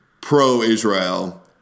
pro-Israel